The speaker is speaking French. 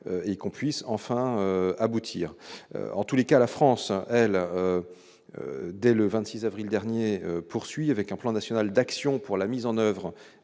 et qu'on puisse enfin aboutir en tous les cas, la France elle, dès le 26 avril dernier poursuit avec un plan national d'action pour la mise en oeuvre